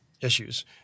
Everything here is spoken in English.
issues